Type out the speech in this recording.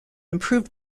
improved